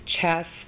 chest